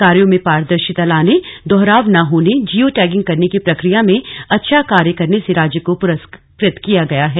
कार्यो में पारदर्शिता लाने दोहराव न होने जियो टैगिंग करने की प्रक्रिया में अच्छा कार्य करने के राज्य को पुरस्कृत किया गया है